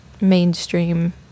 mainstream